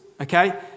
okay